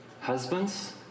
husbands